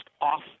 off